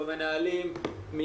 במנהלים,